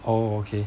oh okay